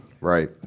Right